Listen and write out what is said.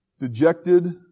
dejected